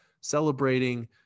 celebrating